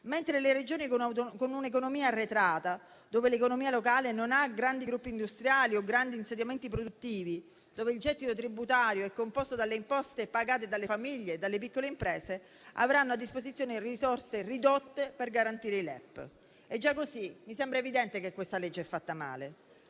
mentre quelle con un'economia arretrata, dove l'economia locale non ha grandi gruppi industriali o insediamenti produttivi e il gettito tributario è composto dalle imposte pagate dalle famiglie e dalle piccole imprese, avranno a disposizione risorse ridotte per garantire i LEP. Già così mi sembra evidente che questa legge sia fatta male,